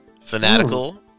Fanatical